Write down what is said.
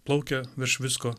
plaukia virš visko